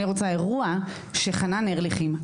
אני רוצה אירוע שחנן ארליכים,